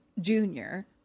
Junior